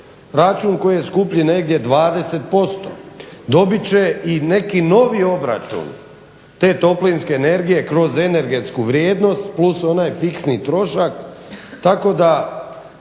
račun koji je skuplji negdje 20%. Dobit će i neki novi obračun te toplinske energije kroz energetsku vrijednost plus onaj fiksni trošak